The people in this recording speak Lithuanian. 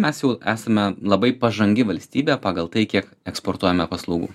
mes jau esame labai pažangi valstybė pagal tai kiek eksportuojame paslaugų